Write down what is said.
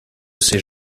ces